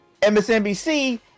MSNBC